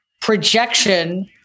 projection